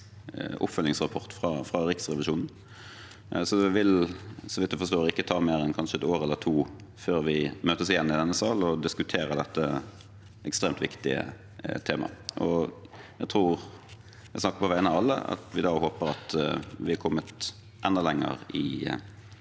oppfølgingsrapport fra Riksrevisjonen. Det vil, så vidt jeg forstår, ikke ta mer enn kanskje et år eller to før vi møtes igjen i denne sal og diskuterer dette ekstremt viktige temaet. Jeg tror jeg snakker på vegne av alle når jeg sier at jeg da håper vi har kommet enda lenger i